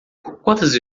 quantas